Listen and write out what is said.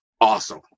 awesome